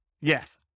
Yes